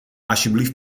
alsjeblieft